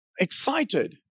excited